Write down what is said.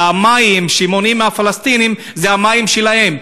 אלא המים שמונעים מהפלסטינים זה המים שלהם,